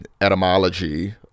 etymology